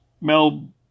Mel